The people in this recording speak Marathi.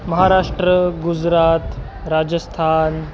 महाराष्ट्र गुजरात राजस्थान